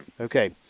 Okay